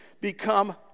become